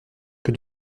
que